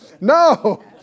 no